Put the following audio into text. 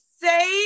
say